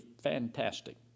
fantastic